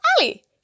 Ali